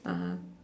(uh huh)